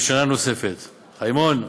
בשנה נוספת, חיימון,